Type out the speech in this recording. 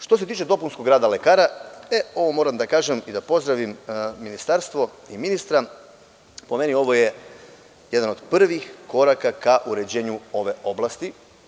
Što se tiče dopunskog rada lekara, ovo moram da kažem i da pozdravim Ministarstvo i ministra, po meni je ovo jedan od prvih koraka ka uređenju ove oblasti.